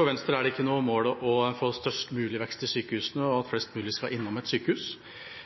det ikke noe mål å få størst mulig vekst i sykehusene og at flest mulig skal innom et sykehus.